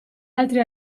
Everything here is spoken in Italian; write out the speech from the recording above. altri